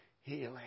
healing